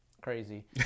crazy